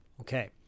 okay